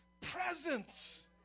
presence